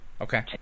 okay